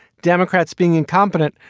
democrats being incompetent.